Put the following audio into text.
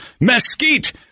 mesquite